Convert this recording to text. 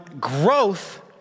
growth